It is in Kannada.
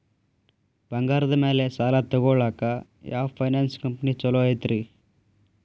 ಬಂಗಾರದ ಮ್ಯಾಲೆ ಸಾಲ ತಗೊಳಾಕ ಯಾವ್ ಫೈನಾನ್ಸ್ ಕಂಪನಿ ಛೊಲೊ ಐತ್ರಿ?